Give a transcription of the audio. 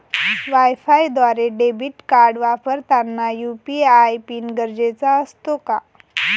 वायफायद्वारे debit card वापरताना UPI PIN गरजेचा असतो का?